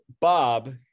Bob